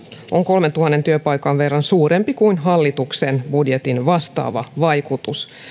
on kolmentuhannen työpaikan verran suurempi kuin hallituksen budjetin vastaava vaikutus